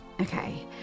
Okay